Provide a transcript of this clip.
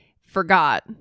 forgot